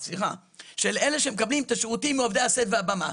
של אלה שמקבלים את השירותים מעובדי הסט והבמה.